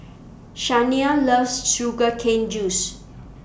Shania loves Sugar Cane Juice